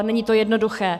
Není to jednoduché.